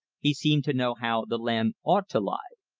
he seemed to know how the land ought to lie,